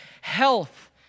health